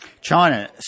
China